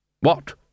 What